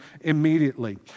immediately